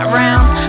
rounds